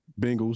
Bengals